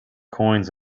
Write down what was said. coins